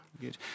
Good